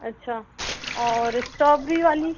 अच्छा और स्ट्रॉबेरी वाली